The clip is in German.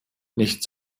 nicht